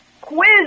Quiz